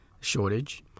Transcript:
shortage